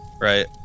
right